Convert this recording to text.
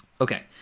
Okay